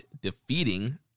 defeating